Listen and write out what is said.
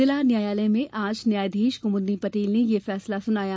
जिला न्यायालय में आज न्यायाधीश कुमुदनी पटेल ने यह फैसला सुनाया